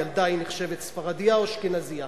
הילדה נחשבת ספרדייה או אשכנזייה?